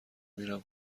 میرم